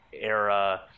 era